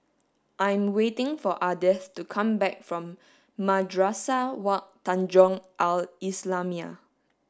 I am waiting for Ardeth to come back from Madrasah Wak Tanjong Al islamiah